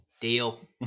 Deal